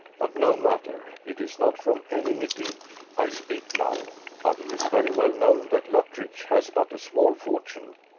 but no matter it is not from enmity i speak now. but it is very well known that luttridge has but a small fortune,